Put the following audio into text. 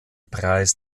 preis